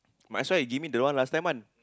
might as well you give me the one last time one